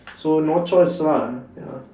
so no choice lah ya